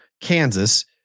Kansas